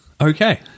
okay